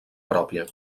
pròpia